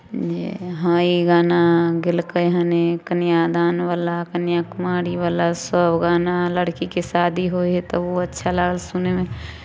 जे हँ ई गाना गेलकै हन ई कन्यादानवला कनिया कुमारिबला सभ गाना लड़कीके शादी होइ हइ तऽ ओ अच्छा लागल सुनैमे